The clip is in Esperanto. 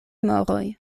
moroj